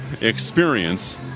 Experience